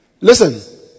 Listen